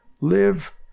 live